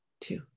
two